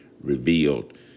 Revealed